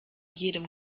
jedem